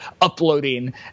uploading